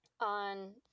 on